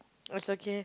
it's okay